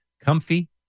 comfy